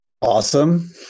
Awesome